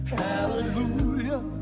hallelujah